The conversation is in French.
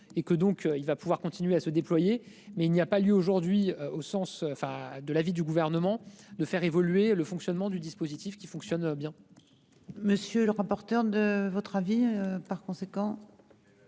Et que donc il va pouvoir continuer à se déployer. Mais il n'y a pas lieu aujourd'hui au sens, enfin de l'avis du gouvernement de faire évoluer le fonctionnement du dispositif qui fonctionne bien. Monsieur le rapporteur de votre avis. Par conséquent.--